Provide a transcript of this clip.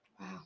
Wow